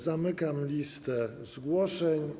Zamykam listę zgłoszeń.